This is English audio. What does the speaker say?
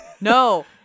No